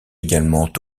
également